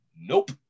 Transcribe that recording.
Nope